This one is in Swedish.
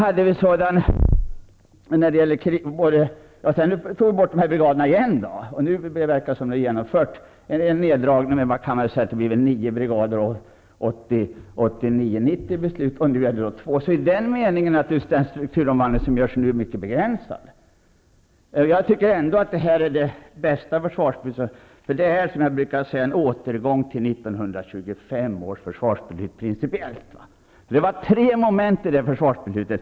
Sedan togs nya beslut om brigaderna. 1989/90 var det aktuellt med indragning av nio brigader, och nu gäller det ytterligare två. I den meningen är naturligtvis den strukturomvandling som genomförs nu mer begränsad. Jag tycker ändå att det här är det bästa försvarsbeslutet, eftersom det som jag brukar säga är en prinipiell återgång till 1925 års försvarsbeslut. Det var tre moment i det försvarsbeslutet.